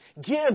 Give